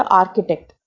architect